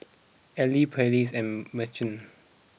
Arely Pallies and Mercer